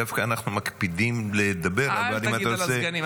דווקא אנחנו מקפידים לדבר --- אל תגיד על הסגנים,